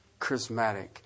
charismatic